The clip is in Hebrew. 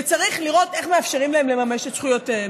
וצריך לראות איך מאפשרים להם לממש את זכויותיהם.